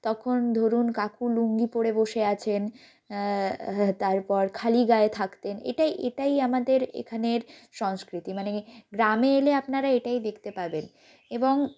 তখন ধরুন কাকু লুঙ্গি পরে বসে আছেন তারপর খালি গায়ে থাকতেন এটাই এটাই আমাদের এখানের সংস্কৃতি মানে গ্রামে এলে আপনারা এটাই দেখতে পাবেন এবং